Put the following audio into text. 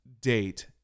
date